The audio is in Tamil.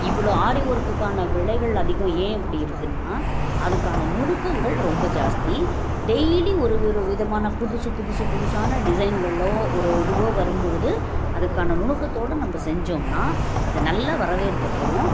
இவ்வளோ ஆரி ஒர்க்குக்கான விலைகள் அதிகம் ஏன் இப்படி இருக்குதுன்னா அதுக்கான நுணுக்கங்கள் ரொம்ப ஜாஸ்தி டெய்லி ஒரு ஒரு விதமான புதுசு புதுசு புதுசான டிஸைன்களோ ஒரு இதுவோ வரும்பொழுது அதுக்கான நுணுக்கத்தோடு நம்ம செஞ்சோம்னா அது நல்ல வரவேற்பை பெறும்